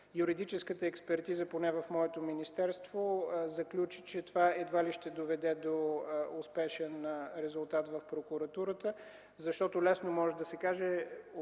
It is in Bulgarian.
Юридическата експертиза, поне в моето министерство, заключи, че това едва ли ще доведе до успешен резултат в прокуратурата, защото лесно може да се каже